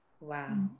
Wow